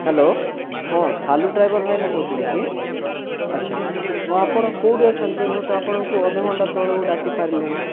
hello ହଁ Shalu driver ଭାଇନା କହୁଥିଲେ କି ଆଚ୍ଛା ହଁ ଆପଣ କେଉଁଠି ଅଛନ୍ତି ମୁଁ ତ ଆପଣଙ୍କୁ ଅଧଘଣ୍ଟା ତଳୁ ଡାକି ସାରିଲିଣି